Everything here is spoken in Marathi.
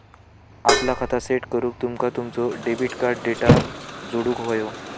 आपला खाता सेट करूक तुमका तुमचो डेबिट कार्ड डेटा जोडुक व्हयो